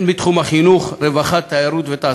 בתחום החינוך, הרווחה, התיירות והתעסוקה.